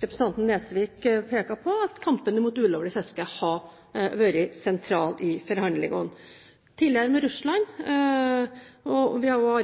vi har også arbeidet